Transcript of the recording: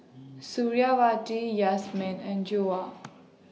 Suriawati Yasmin and Joyah